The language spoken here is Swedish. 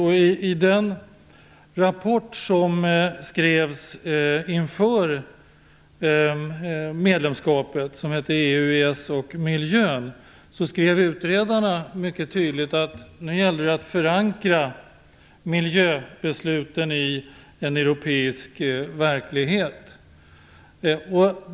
I den rapport som skrevs inför medlemskapet - EU, EES och miljön - skrev utredarna mycket tydligt att det nu gäller att förankra miljöbesluten i en europeisk verklighet.